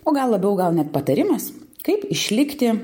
o gal labiau gal net patarimas kaip išlikti